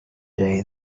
day